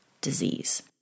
disease